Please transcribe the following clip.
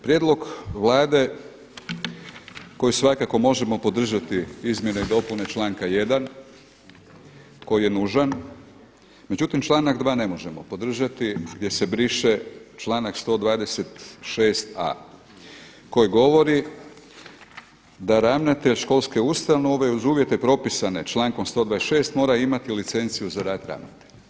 Prijedlog Vlade koji svakako možemo podržati izmjene i dopune članka 1. koji je nužan, međutim članak 2. ne možemo podržati gdje se briše članak 126a. koji govori da ravnatelj školske ustanove uz uvjete propisane člankom 126. mora imati licenciju za rad ravnatelja.